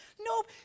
Nope